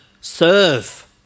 serve